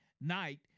night